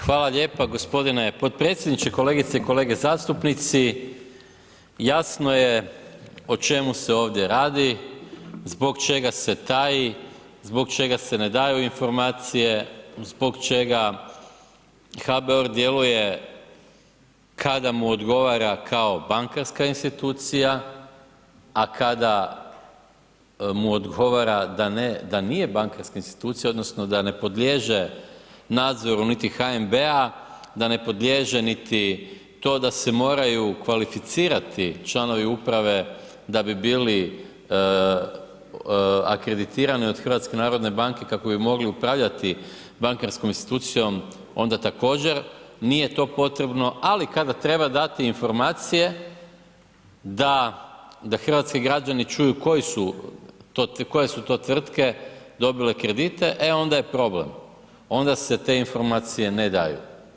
Hvala lijepa g. potpredsjedniče, kolegice i kolege zastupnici, jasno je o čemu se ovdje radi, zbog čega se taji, zbog čega se ne daju informacije, zbog čega HBOR djeluje kada mu odgovara kao bankarska institucija, a kada mu odgovara da nije bankarska institucija odnosno da ne podliježe nadzoru niti HNB-a, da ne podliježe niti to da se moraju kvalificirati članovi uprave da bi bili akreditirani od HNB-a kako bi mogli upravljati bankarskom institucijom, onda također nije to potrebno, ali kada treba dati informacije da hrvatski građani čuju koje su to tvrtke dobile kredite, e onda je problem, onda se te informacije ne daju.